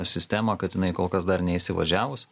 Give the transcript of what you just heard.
sistemą kad jinai kol kas dar neįsivažiavus